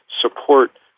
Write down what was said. support